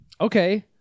Okay